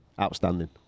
Outstanding